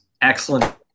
Excellent